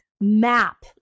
map